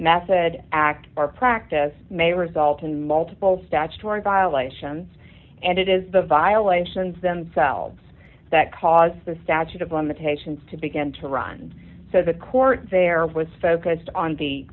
method act or practice may result in multiple statutory violations and it is the violations themselves that cause the statute of limitations to begin to run so the court there was focused on the